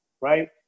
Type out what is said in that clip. right